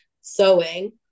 Sewing